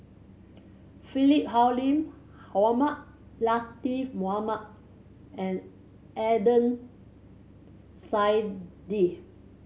Philip Hoalim Mohamed Latiff Mohamed and Adnan Saidi